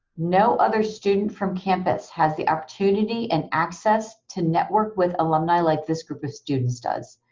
no other student from campus has the opportunity and access to network with alumni like this group of students does.